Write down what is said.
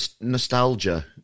Nostalgia